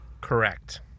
Correct